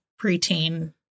preteen